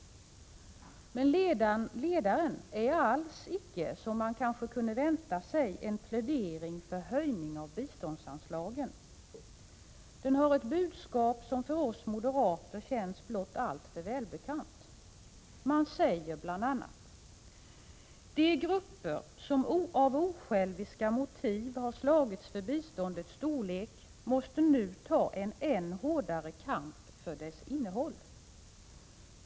Men ledaren är alls icke, som man kanske kunde vänta sig, en plädering för höjning av biståndsanslagen. Den har ett budskap som för oss moderater känns blott alltför välbekant. Man säger bl.a.: ”De grupper som av osjälviska motiv har slagits för biståndets storlek måste nu ta en än hårdare kamp för dess innehåll.